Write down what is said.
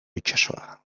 itsasoa